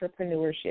entrepreneurship